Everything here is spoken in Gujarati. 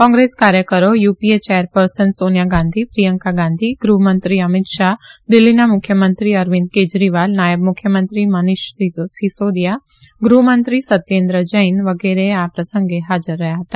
કોંગ્રેસ કાર્યકરો UPA chairperson Sonia Gandhi Priyanka Gandhi ગૃહ મંત્રી અમીત શાહ દિલ્ફીના મુખ્યમંત્રી અરવીંદ કેજરીવાલ નાયબ મુખ્યમંત્રી મનીષ સીસોદીયા ગૃહ મંત્રી સત્યેન્દ્ર જૈન વગેરે આ પ્રસંગે હાજર રહયાં હતા